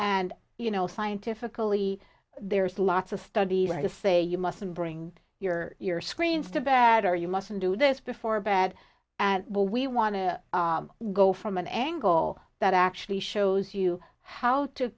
and you know scientifically there's lots of studies to say you mustn't bring your your screens to bad or you mustn't do this before bed and we want to go from an angle that actually shows you how to